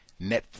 Netflix